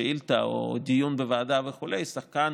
שאילתה או דיון בוועדה וכו' אז שחקן